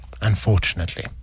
Unfortunately